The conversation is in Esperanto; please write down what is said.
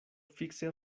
fikse